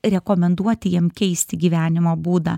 rekomenduoti jiem keisti gyvenimo būdą